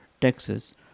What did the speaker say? Texas